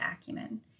acumen